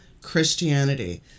Christianity